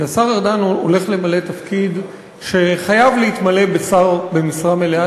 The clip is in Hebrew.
כי השר ארדן הולך למלא תפקיד שחייב להתמלא בשר במשרה מלאה,